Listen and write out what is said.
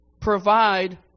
provide